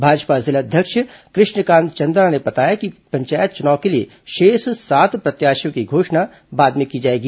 भाजपा जिलाध्यक्ष कृष्णकांत चंद्रा ने बताया कि पंचायत चुनाव के लिए शेष सात प्रत्याशियों की घोषणा बाद में की जाएगी